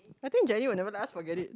I think Jenny will never let us forget it